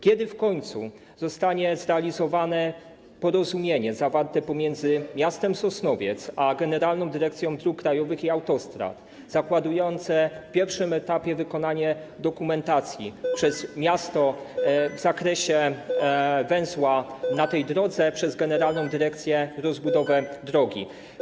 Kiedy w końcu zostanie zrealizowane porozumienie zawarte pomiędzy miastem Sosnowiec a Generalną Dyrekcją Dróg Krajowych i Autostrad, zakładające w pierwszym etapie wykonanie przez miasto dokumentacji w zakresie węzła na tej drodze, przez generalną dyrekcję - rozbudowę drogi?